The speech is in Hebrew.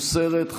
מוסרת,